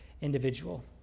individual